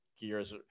Gear's